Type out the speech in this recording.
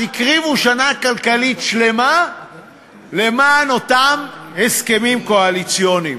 אז הקריבו שנה כלכלית שלמה למען אותם הסכמים קואליציוניים.